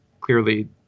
clearly